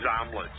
omelets